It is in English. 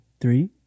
Three